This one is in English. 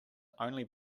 only